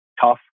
tough